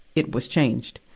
it was changed.